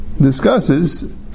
discusses